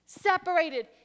separated